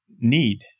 need